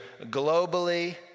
globally